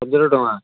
ହଜାରେ ଟଙ୍କା